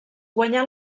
guanyà